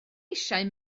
eisiau